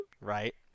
Right